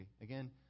Again